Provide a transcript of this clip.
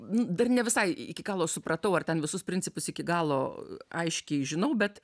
dar nevisai iki galo supratau ar ten visus principus iki galo aiškiai žinau bet